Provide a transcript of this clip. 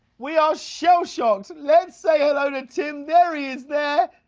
we are shell shocked! let's say hello to tim. there he is there!